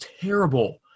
terrible